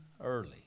early